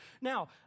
Now